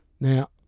Now